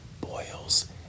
boils